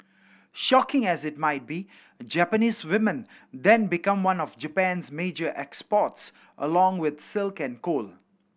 shocking as it might be Japanese women then become one of Japan's major exports along with silk and coal